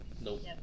Nope